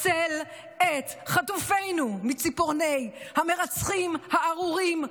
הצל את חטופינו מציפורני המרצחים הארורים בעזה,